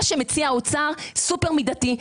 מה שמציע האוצר סופר מידתי.